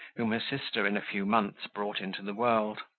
whom her sister in a few months brought into the world.